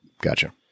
Gotcha